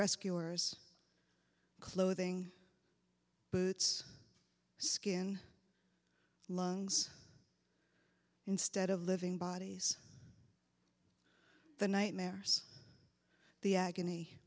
rescuers clothing boots skin lungs instead of living bodies the nightmares the agony